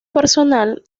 personal